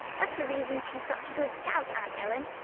that's the reason she's such a good scout, aunt ellen.